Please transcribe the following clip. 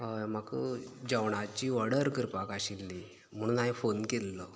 हय म्हाका जेवणाची ऑर्डर करपाक आशिल्ली म्हणून हांयेन फोन केल्लो